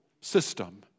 system